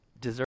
deserve